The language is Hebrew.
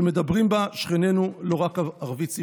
שמדברים בה שכנינו, לא רק ערבית ספרותית.